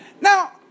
Now